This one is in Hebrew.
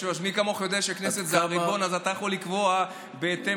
להעביר לשר האוצר את סמכויות שר הפנים שהוקנו לו בחוקים המפורטים